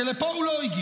כי לפה הוא לא הגיע.